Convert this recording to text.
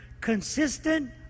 consistent